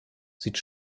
sieht